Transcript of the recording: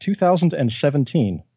2017